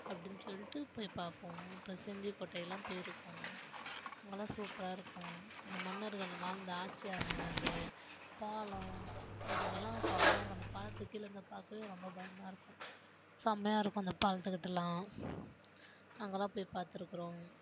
அப்படின்னு சொல்லிட்டு போய் பார்ப்போம் இப்போ செஞ்சிக்கோட்டை எல்லாம் போயிருக்கோம் அங்கெலாம் சூப்பராக இருக்கும் அந்த மன்னர்கள் வாழ்ந்த ஆட்சியாக இருந்தது அந்த பாலம் இதுங்களாம் செம்மையா இருக்கும் அந்த பாலத்துக்கு கீழே இருந்து பார்க்கவே ரொம்ப பயமாக இருக்கும் செம்மையா இருக்கும் அந்த பாலத்துக்கிட்டெலாம் அங்கெலாம் போய் பார்த்துருக்குறோம்